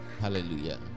Hallelujah